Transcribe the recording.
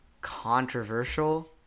controversial